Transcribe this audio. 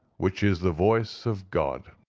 which is the voice of god.